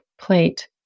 plate